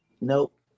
Nope